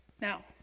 Now